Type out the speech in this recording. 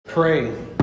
pray